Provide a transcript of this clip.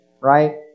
right